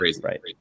right